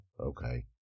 Okay